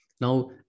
now